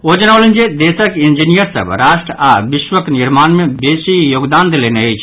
ओ जनौलनि जे देशक इंजीनियर सभ राष्ट्र आओर विश्वक निर्माण मे बेसी योगदान देलनि अछि